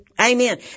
Amen